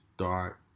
start